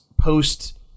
post